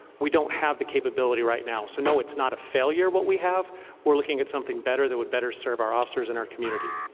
we don't have the capability right now. so, no, it's not a failure, what we have we are looking at something better, that would better serve our officers and our community.